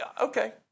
okay